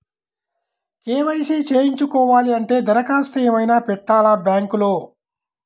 KYC చేయించుకోవాలి అంటే దరఖాస్తు ఏమయినా పెట్టాలా బ్యాంకులో?